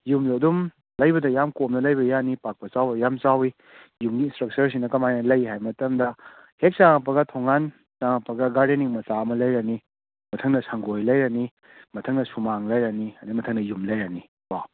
ꯌꯨꯝꯗꯨ ꯑꯗꯨꯝ ꯂꯩꯕꯗ ꯌꯥꯝ ꯀꯣꯝꯅ ꯂꯩꯕ ꯌꯥꯅꯤ ꯄꯥꯛꯄ ꯆꯥꯎꯕ ꯌꯥꯝ ꯆꯥꯎꯋꯤ ꯌꯨꯝꯒꯤ ꯏꯁꯇ꯭ꯔꯛꯆꯔꯁꯤꯅ ꯀꯃꯥꯏꯅ ꯂꯩ ꯍꯥꯏꯕ ꯃꯇꯝꯗ ꯍꯦꯛ ꯆꯪꯉꯛꯄꯗ ꯊꯣꯡꯒꯥꯟ ꯆꯪꯉꯛꯄꯒ ꯒꯥꯔꯗꯦꯅꯤꯡ ꯃꯆꯥ ꯑꯃ ꯂꯩꯔꯅꯤ ꯃꯊꯪꯗ ꯁꯪꯒꯣꯏ ꯂꯩꯔꯅꯤ ꯃꯊꯪꯗ ꯁꯨꯃꯥꯡ ꯂꯩꯔꯅꯤ ꯑꯗꯩ ꯃꯊꯪꯗ ꯌꯨꯝ ꯂꯩꯔꯅꯤ ꯀꯣ